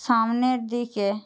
সামনের দিকে